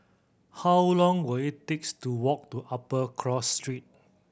how long will it takes to walk to Upper Cross Street